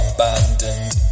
Abandoned